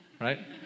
right